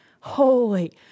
holy